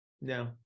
No